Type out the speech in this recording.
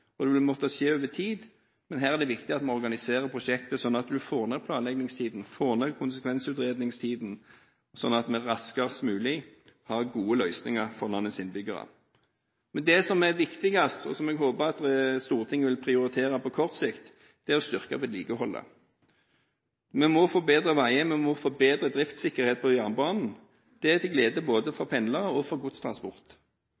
og det vil måtte skje over tid, men her er det viktig at vi organiserer prosjektet sånn at vi får ned planleggingstiden og konsekvensutredningstiden, sånn at vi raskest mulig har gode løsninger for landets innbyggere. Det som er viktigst, og som jeg håper at Stortinget vil prioritere på kort sikt, er å styrke vedlikeholdet. Vi må få bedre veier, og vi må få bedre driftssikkerhet på jernbanen. Det er til glede både